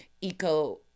eco-